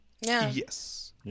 Yes